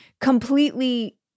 completely